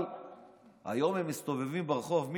אבל היום הם מסתובבים ברחוב.